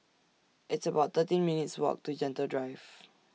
It's about thirteen minutes' Walk to Gentle Drive